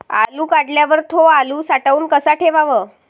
आलू काढल्यावर थो आलू साठवून कसा ठेवाव?